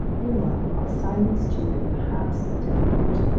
meanwhile our silent steward, perhaps a deaf-mute,